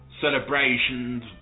celebrations